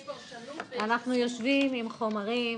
פרשנות ויש --- אנחנו יושבים עם חומרים,